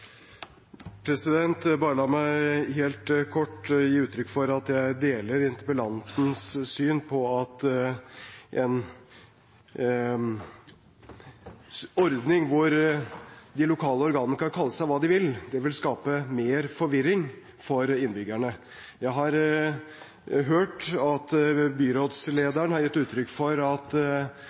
Bare la meg helt kort gi uttrykk for at jeg deler interpellantens syn om at en ordning hvor de lokale organene kan kalle seg hva de vil, vil skape mer forvirring for innbyggerne. Jeg har hørt at byrådslederen har gitt uttrykk for at bruk av «byregjering» skulle virke klargjørende. Jeg deler interpellantens syn om at